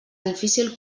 difícil